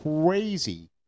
crazy